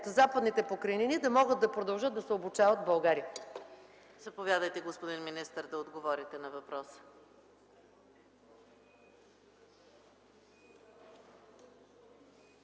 Западните покрайнини да могат да продължат да се обучават в България?